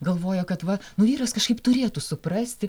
galvoja kad va nu vyras kažkaip turėtų suprasti